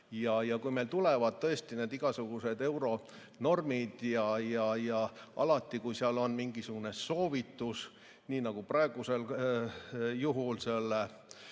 Kui meile tulevad need igasugused euronormid, ja kui seal on mingisugune soovitus, nii nagu praegusel juhul selle